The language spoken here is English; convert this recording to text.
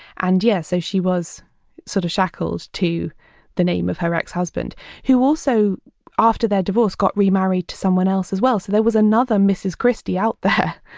and yeah so she was sort of shackled to the name of her ex-husband who also after their divorce got remarried to someone else as well, so there was another mrs. christie out there.